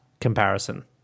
comparison